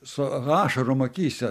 su ašarom akyse